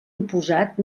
imposat